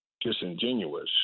disingenuous